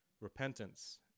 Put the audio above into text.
Repentance